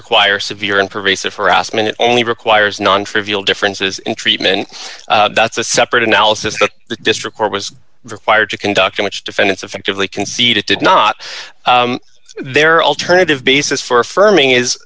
require severe and pervasive harassment it only requires nontrivial differences in treatment that's a separate analysis that the district court was required to conduct in which defendants effectively conceded did not their alternative basis for affirming is